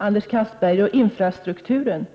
Herr talman!